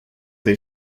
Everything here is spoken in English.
they